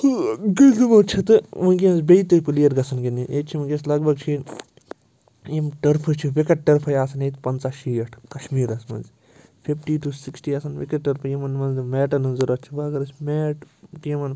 گِنٛدمُت چھِ تہٕ وٕنۍکٮ۪نَس بیٚیہِ تہِ پٕلیر گَژھَن گِنٛدٕنۍ ییٚتہِ چھِ وٕنۍکٮ۪نس لگ بگ چھِ یِم یِم ٹٔرفہٕ چھِ وِکَٹ ٹٔرفَے آسَن ییٚتہِ پَنٛژاہ شیٖٹھ کَشمیٖرَس منٛز فِفٹی ٹُہ سِکِسٹی آسَن وِکٹ ٹٔرفہٕ یِمَن منٛز میٹَن ہٕنٛز ضوٚرَتھ چھِ وۄنۍ اگر أسۍ میٹ ٹیٖمن